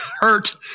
Hurt